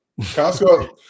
Costco